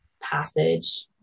passage